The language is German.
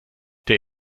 der